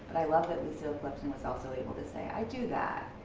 i love that lucille clifton was also able to say, i do that.